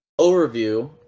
overview